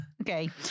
Okay